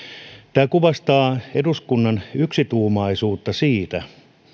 tämä kuvastaa eduskunnan yksituumaisuutta siinä